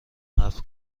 حرف